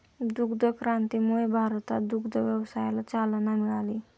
दुग्ध क्रांतीमुळे भारतात दुग्ध व्यवसायाला चालना मिळाली